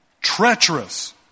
Treacherous